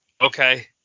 Okay